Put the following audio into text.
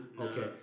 Okay